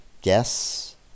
Guess